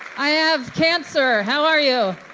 i have cancer. how are you?